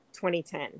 2010